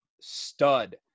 stud